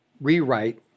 rewrite